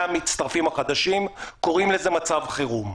המצטרפים החדשים קוראים לזה מצב חירום.